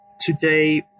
today